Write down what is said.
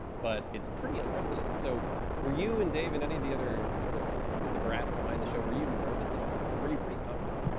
but it's pretty unprecedented. so were you and dave and any of the other sort of the brass behind the show were you nervous at all? or were you pretty confident?